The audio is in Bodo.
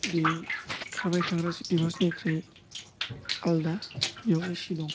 बे खारबाय थाग्रा सिटिबासनिख्रुइ आलदा बियाव एसि दं